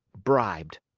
bribed.